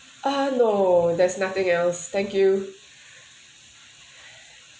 ah no there's nothing else thank you